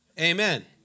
amen